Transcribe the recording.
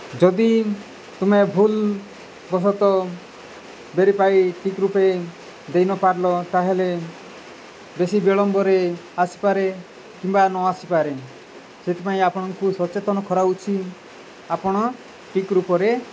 ଯଦି ତୁମେ ଭୁଲ୍ ବଶତଃ ବେରିଫାଇ ଠିକ୍ ରୂପେ ଦେଇନପାରିଲ ତା'ହେଲେ ବେଶୀ ବିଳମ୍ବରେ ଆସିପାରେ କିମ୍ବା ନଆସିପାରେ ସେଥିପାଇଁ ଆପଣଙ୍କୁ ସଚେତନ କରାଉଛି ଆପଣ ଠିକ୍ ରୂପରେ